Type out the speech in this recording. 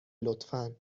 لطفا